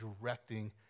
directing